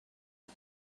and